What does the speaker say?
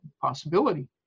possibility